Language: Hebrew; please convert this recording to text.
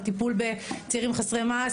על טיפול בצעירים חסרי מעש,